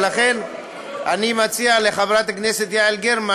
ולכן אני מציע לחברת הכנסת יעל גרמן